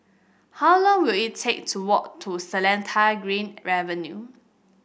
how long will it take to walk to Seletar Green Avenue